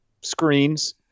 screens